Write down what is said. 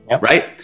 right